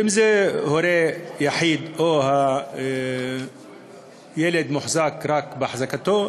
ואם זה הורה יחיד או שהילד מוחזק רק בהחזקתו,